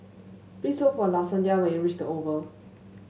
please look for Lasonya when you reach the Oval